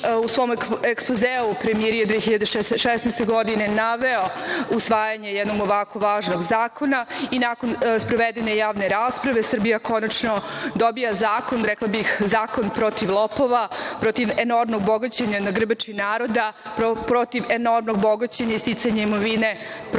u svom ekspozeu premijer je 2016. godine naveo usvajanje jednog ovakvog važnog zakona i nakon sprovedene javne rasprave, Srbija konačno dobija zakon, rekla bih zakon protiv lopova, protiv enormnog bogaćenja na grbači naroda, protiv enormnog bogaćenja i sticanja imovine protivno